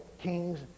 kings